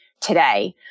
today